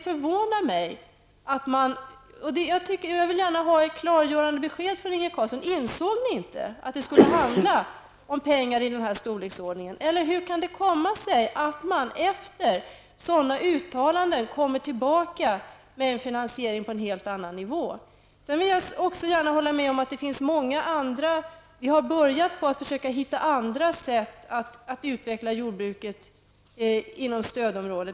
Jag vill gärna ha ett klargörande besked från Inge Carlsson. Insåg ni inte att det skulle handla om ett belopp i den här storleksordningen, eller hur kan det komma sig att man efter att ha gjort sådana uttalanden kommer tillbaka med en finansiering på en helt annan nivå? Jag håller gärna med om att vi har börjat att försöka hitta andra sätt att utveckla jordbruket inom stödområdet.